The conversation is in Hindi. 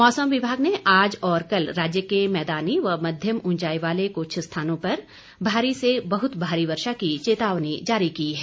मौसम विभाग ने आज और कल राज्य के मैदानी व मध्यम उंचाई वाले कुछ स्थानों पर भारी से बहुत भारी वर्षा की चेतावनी जारी की है